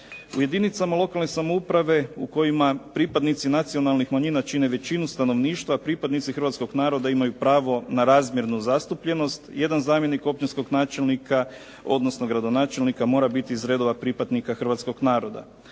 U jedinicama lokalne samouprave u kojima pripadnici nacionalnih manjina čine većinu stanovništva, pripadnici hrvatskog naroda imaju pravo na razmjernu zastupljenost. Jedan zamjenik općinskog načelnika odnosno gradonačelnika mora biti iz redova pripadnika hrvatskog naroda.